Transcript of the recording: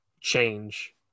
change